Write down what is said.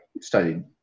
studied